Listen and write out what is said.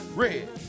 red